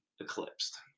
eclipsed